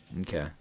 Okay